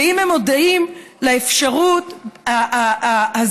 ואם הם מודעים לאפשרות הזאת,